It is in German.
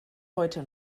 heute